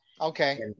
Okay